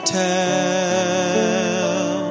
tell